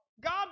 God